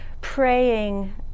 praying